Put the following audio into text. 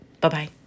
Bye-bye